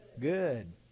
good